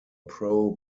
pro